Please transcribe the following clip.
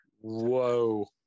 Whoa